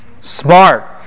smart